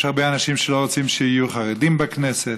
יש הרבה אנשים שלא רוצים שיהיו חרדים בכנסת,